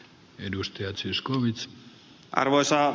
arvoisa herra puhemies